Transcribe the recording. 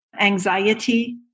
anxiety